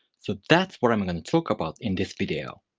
so, that's what i'm gonna talk about in this video.